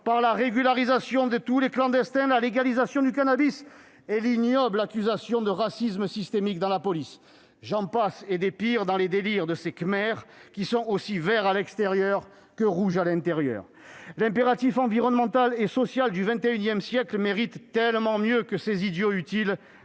la régularisation de tous les clandestins et la légalisation du cannabis. Je passe sur l'ignoble accusation de racisme systémique dans la police et sur les autres délires de ces Khmers, qui sont aussi verts à l'extérieur que rouges à l'intérieur. L'impératif environnemental et social du XXI siècle mérite tellement mieux que ces idiots utiles